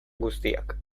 guztiak